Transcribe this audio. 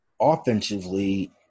Offensively